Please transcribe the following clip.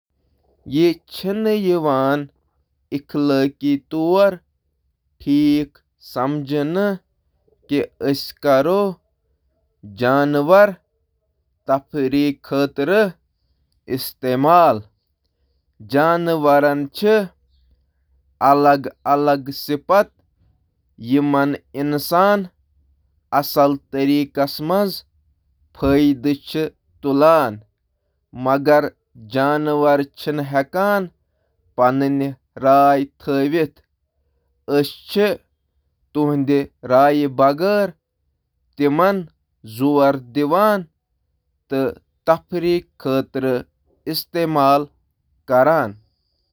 نہٕ، تفریحس منٛز جانورن ہنٛد استعمال کرُن چُھ نہٕ اخلٲقی تیکیازِ یہٕ ہیکہٕ جانورن خأطرٕ ظالمانہ تہٕ توہین آمیز أستھ: